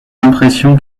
impressions